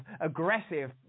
aggressive